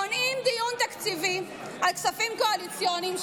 מונעים דיון תקציבי על כספים קואליציוניים,